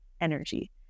energy